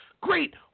Great